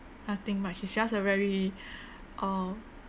nothing much it's just a very uh